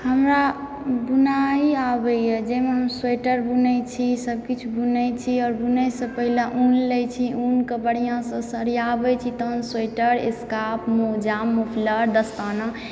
हमरा बुनाइ आबयए जाहिमे हम स्वेटर बुनैत छी सभकिछु बुनैत छी आओर बुनयसँ पहिले ऊन लैत छी ऊनके बढ़ियासँ सरियाबै छी तहन स्वेटर स्कार्फ मौजा मोफलर दस्ताना